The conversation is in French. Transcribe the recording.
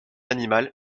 animal